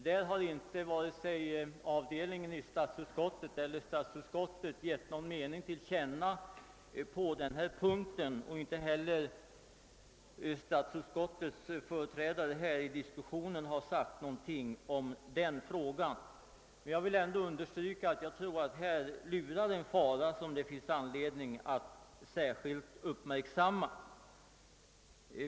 På den punkten har varken avdelningen i statsutskottet eller statsutskottet som sådant givit någon mening till känna. Inte heller har statsutskottets företrädare här i diskussionen sagt någonting om den frågan. Jag vill ändå understryka att jag tror att i detta sammanhang lurar en fara som det finns anledning att särskilt uppmärksamma.